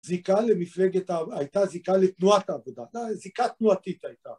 זיקה למפלגת העב... הייתה זיקה לתנועת העבודה, זיקה תנועתית הייתה.